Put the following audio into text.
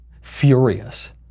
furious